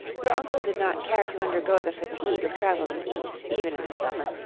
your uncle did not care to undergo the fatigue of traveling east even in the summer,